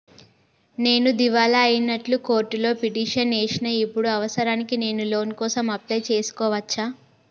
నేను దివాలా అయినట్లు కోర్టులో పిటిషన్ ఏశిన ఇప్పుడు అవసరానికి నేను లోన్ కోసం అప్లయ్ చేస్కోవచ్చా?